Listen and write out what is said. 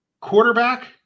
quarterback